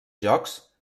jocs